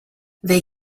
they